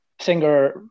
Singer